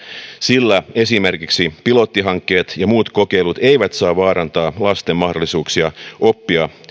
sillä esimerkiksi pilottihankkeet ja muut kokeilut eivät saa vaarantaa lasten mahdollisuuksia oppia